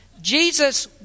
Jesus